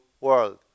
world